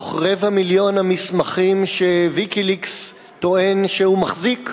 מתוך רבע מיליון המסמכים ש"ויקיליקס" טוען שהוא מחזיק,